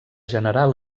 generar